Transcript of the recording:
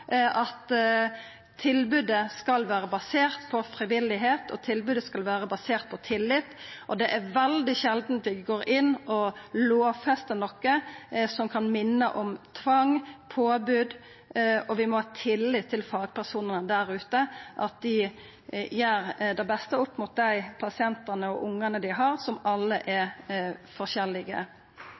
frivilligheit og tillit. Det er veldig sjeldan vi lovfestar noko som kan minna om tvang og påbod. Vi må ha tillit til at fagpersonane der ute gjer det beste opp mot dei pasientane og ungane dei har, som alle er forskjellige.